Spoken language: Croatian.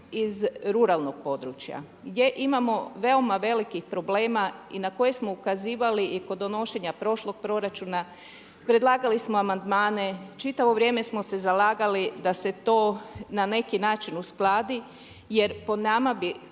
iz ruralnog područja gdje imamo veoma velikih problema i na koje smo ukazivali i kod donošenja prošlog proračuna, predlagali smo amandmane, čitavo vrijeme smo se zalagali da se to na neki način uskladi jer po nama bi